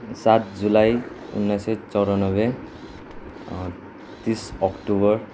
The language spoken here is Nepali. सात जुलाई उन्नाइस सय चौरानब्बे तिस अक्टोबर